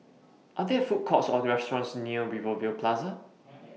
Are There Food Courts Or restaurants near Rivervale Plaza